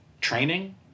training